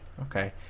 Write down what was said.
okay